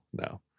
no